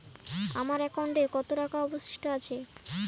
আমার একাউন্টে কত টাকা অবশিষ্ট আছে?